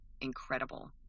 incredible